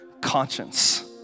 conscience